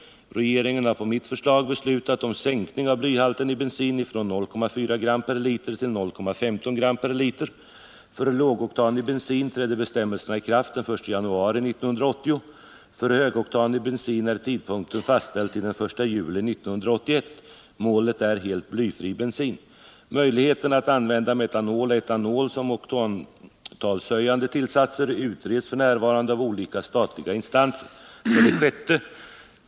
Regeringen har på mitt förslag beslutat om sänkning av blyhalten i bensin från 0,4 g per liter till 0,15 g per liter. För lågoktanig bensin trädde bestämmelsen i kraft den 1 januari 1980. För högoktanig bensin är tidpunkten fastställd till den 1 juli 1981. Målet är helt blyfri bensin. Möjligheterna att använda metanol och etanol som oktantalshöjande tillsatser utreds f. n. av olika statliga instanser. 6.